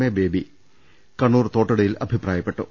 A Baby Kannur തോട്ടടയിൽ അഭിപ്രായപ്പെട്ടു